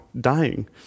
Dying